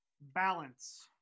Balance